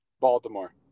Baltimore